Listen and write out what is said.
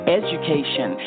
education